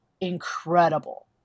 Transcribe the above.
incredible